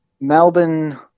Melbourne